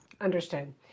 Understood